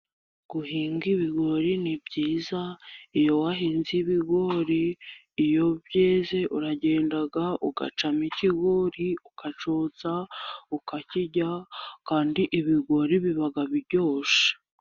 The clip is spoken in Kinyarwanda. Guhinga ibigori ni byiza, iyo wahinze ibigori iyo byeze uragenda ugacamo ikigori ukacyotsa ukakiryaho, kandi ibigori biba biryoshye.